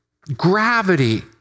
gravity